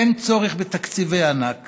אין צורך בתקציבי עתק